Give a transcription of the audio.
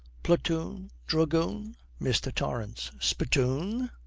platoon! dragoon mr. torrance. spitoon!